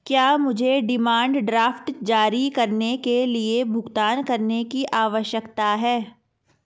क्या मुझे demand draft जारी करने के लिए भुगतान करने की आवश्यकता है?